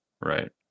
Right